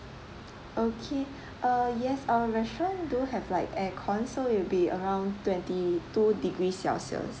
okay uh yes our restaurant do have like air cond so it'll be around twenty two degree celsius